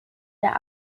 der